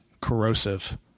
corrosive